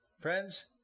Friends